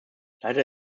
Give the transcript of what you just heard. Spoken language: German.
leider